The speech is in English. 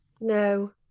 No